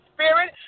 Spirit